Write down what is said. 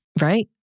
Right